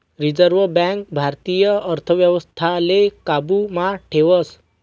reserve Bank भारतीय अर्थव्यवस्थाले काबू मा ठेवस